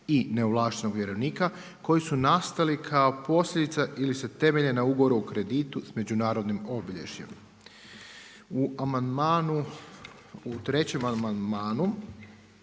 i neovlaštenog vjerovnika koji su nastali kao posljedica ili se temelje na ugovoru o kreditu s međunarodnim obilježjem. U amandmanu,